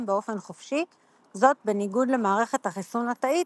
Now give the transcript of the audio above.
באופן חופשי; זאת בניגוד למערכת החיסון התאית,